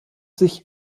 sich